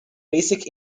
basic